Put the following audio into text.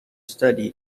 study